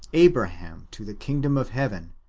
abraham to the kingdom of heaven,